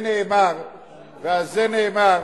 ועל זה נאמר,